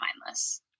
mindless